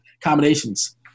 combinations